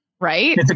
Right